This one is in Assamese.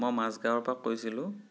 মই মাজগাঁৱৰ পৰা কৈছিলোঁ